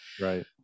Right